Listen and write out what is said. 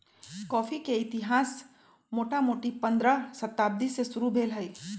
coffee के इतिहास मोटामोटी पंडह शताब्दी से शुरू भेल हइ